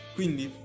Quindi